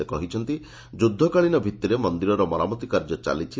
ସେ କହିଛନ୍ତି ଯୁଦ୍ଧକାଳୀନ ଭିଭିରେ ମନ୍ଦିରର ମରାମତି କାର୍ଯ୍ୟ ଚାଲିଛି